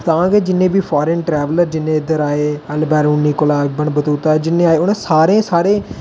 तां गै जिन्ने बी फारन ट्रैवलर जिन्ने बी इद्धर आए एलब्रूनी कोला अरबन बतूता जिन्ने आए उ'नें सारें साढ़े ग्रंथें गी